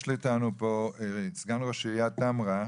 יש אתנו פה את סגן ראש עיריית טמרה,